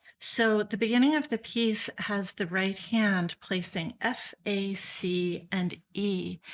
so the beginning of the piece has the right hand placing f a c and e.